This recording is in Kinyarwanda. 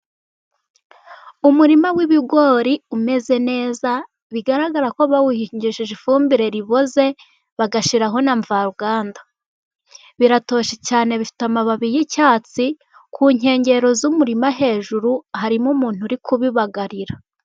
Umurima w'ibigori umeze neza, bigaragara ko bawuhingishije ifumbire iboze, bagashyiraho na mvaruganda. Biratoshye cyane, bifite amababi y'icyatsi, ku nkengero z'umurima hejuru harimo umuntu uri kubibagarira.